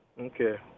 okay